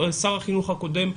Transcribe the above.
שר החינוך הקודם,